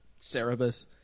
cerebus